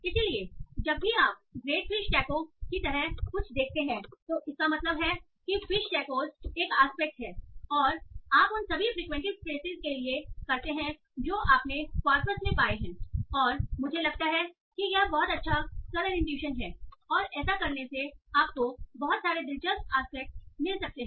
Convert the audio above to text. इसलिए जब भी आप ग्रेट फिश टैको की तरह कुछ देखते हैं तो इसका मतलब है कि फिश टैकोस एक एस्पेक्ट है और आप उन सभी फ्रिक्वेंट फ्रेसिस के लिए करते हैं जो आपने कॉर्पस में पाए हैं और मुझे लगता है कि यह बहुत अच्छा और सरल इनट्यूशन है और ऐसा करने से आपको बहुत सारे दिलचस्प एस्पेक्टस मिल सकते हैं